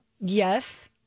Yes